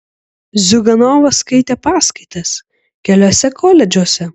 ziuganovas skaitė paskaitas keliuose koledžuose